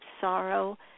sorrow